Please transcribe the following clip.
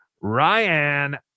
ryan